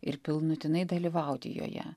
ir pilnutinai dalyvauti joje